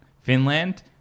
Finland